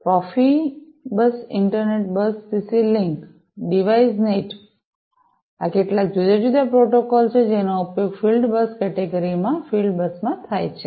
Profibus Interbus CC link DeviceNet આ કેટલાક જુદા જુદા પ્રોટોકોલો છે જેનો ઉપયોગ ફીલ્ડ બસ કેટેગરી માં ફીલ્ડ બસમાં થાય છે